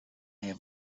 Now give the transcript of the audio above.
have